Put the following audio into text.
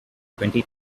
twenty